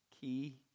Key